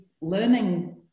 learning